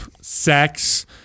sex